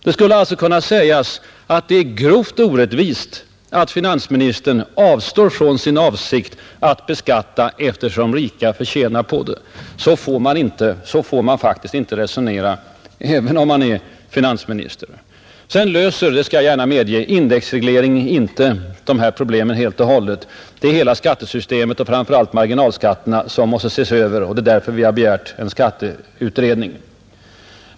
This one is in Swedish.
Det skulle kunna sägas att det är grovt orättvist att finansministern avstår från sina avsikter att beskatta eftersom rika förtjänar på det. Så får man faktiskt inte resonera, även om man är finansminister. Sedan löser — det skall jag gärna medge — indexregleringen inte dessa problem helt och hållet. Hela skattesystemet och framför allt marginalskatterna måste ses över, och det är därför som vi har begärt en skatteutredning.